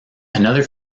another